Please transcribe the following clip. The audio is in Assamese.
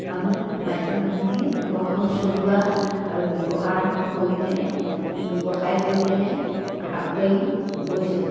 আমি মাইকী মানুহে ঘৰখন চলোৱা আৰু ব্যৱহাৰ কৰি কেনে ব্যৱসায় কৰি কেনে আগবাঢ়ি গৈছোঁ